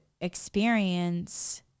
experience